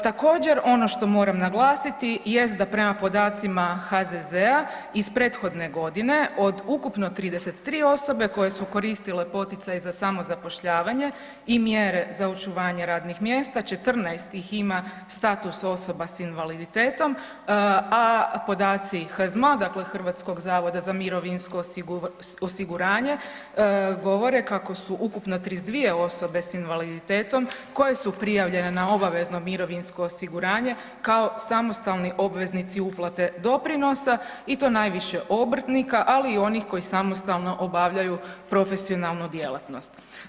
Također, ono što moram naglasiti jest da prema podacima HZZ-a iz prethodne godine od ukupno 33 osobe koje su koristile poticaj za samozapošljavanje i mjere za očuvanje radnih mjesta, 14 ih ima status osoba s invaliditetom, a podaci HZMO-a, dakle Hrvatskog zavoda za mirovinsko osiguranje govore kako su ukupno 32 osobe s invaliditetom koje su prijavljene na obavezno mirovinsko osiguranje kao samostalni obveznici uplate doprinosa i to najviše obrtnika, ali i onih koji samostalno obavljaju profesionalnu djelatnost.